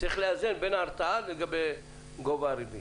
צריך לאזן בין ההרתעה לגבי גובה הריבית.